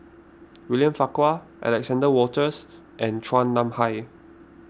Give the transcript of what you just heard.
William Farquhar Alexander Wolters and Chua Nam Hai